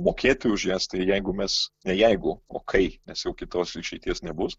mokėti už jas tai jeigu mes ne jeigu o kai nes jau kitos išeities nebus